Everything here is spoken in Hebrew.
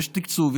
ויש תקצוב,